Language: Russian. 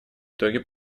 итоге